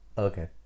Okay